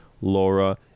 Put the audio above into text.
Laura